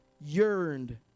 yearned